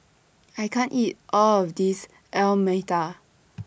I can't eat All of This Alu Matar